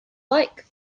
like